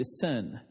discern